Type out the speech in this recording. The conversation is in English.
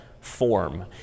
form